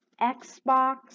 Xbox